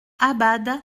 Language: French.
abad